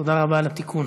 תודה רבה על התיקון.